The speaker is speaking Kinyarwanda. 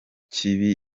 kibi